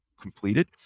completed